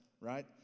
right